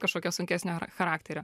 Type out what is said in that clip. kažkokio sunkesnio charakterio